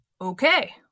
Okay